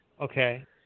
okay